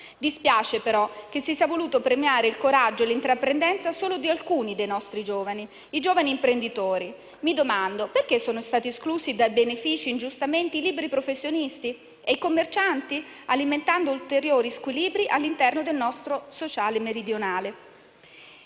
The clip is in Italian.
Dispiace, però, che si siano voluti premiare il coraggio e l'intraprendenza solo di alcuni dei nostri giovani, ossia dei giovani imprenditori. Mi domando perché siano stati ingiustamente esclusi dai benefici i liberi professionisti e i commercianti, alimentando ulteriori squilibri all'interno del nostro tessuto sociale meridionale.